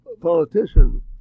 politician